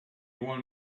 one